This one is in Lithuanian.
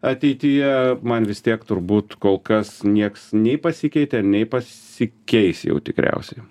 ateityje man vis tiek turbūt kol kas nieks nei pasikeitė nei pasikeis jau tikriausiai